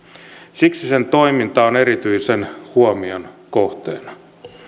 siksi sen toiminta on erityisen huomion kohteena